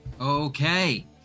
Okay